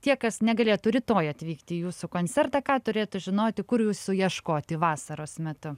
tie kas negalėtų rytoj atvykti į jūsų koncertą ką turėtų žinoti kur jūsų ieškoti vasaros metu